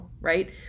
Right